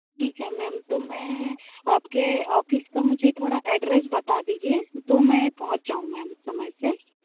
ठीक है मेम तो मैं आपके ऑफिस का मुझे थोड़ा एड्रेस बता दीजिए तो मैं पहुँच जाऊं मेम समय से